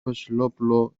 βασιλόπουλο